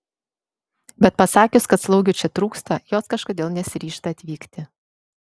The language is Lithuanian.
bet pasakius kad slaugių čia trūksta jos kažkodėl nesiryžta atvykti